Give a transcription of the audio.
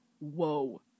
Whoa